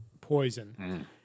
poison